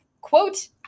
quote